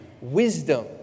wisdom